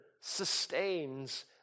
sustains